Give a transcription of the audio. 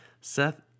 seth